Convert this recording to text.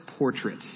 Portrait